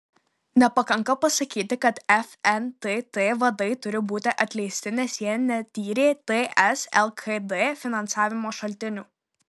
nepakanka pasakyti kad fntt vadai turi būti atleisti nes jie netyrė ts lkd finansavimo šaltinių